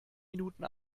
minuten